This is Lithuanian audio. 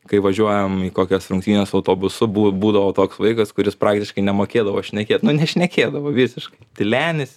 kai važiuojam į kokias rungtynes autobusu būdavo toks vaikas kuris praktiškai nemokėdavo šnekėt nu nešnekėdavo visiškai tylenis